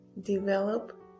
develop